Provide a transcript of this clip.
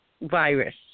virus